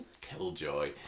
killjoy